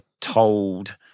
told